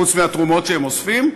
חוץ מהתרומות שהם אוספים,